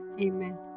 Amen